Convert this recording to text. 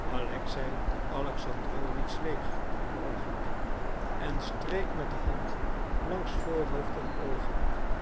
alexei alexandrowitsch zweeg een oogenblik en streek met de hand langs voorhoofd en oogen